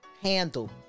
handle